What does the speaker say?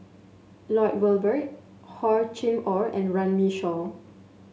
Lloyd Valberg Hor Chim Or and Runme Shaw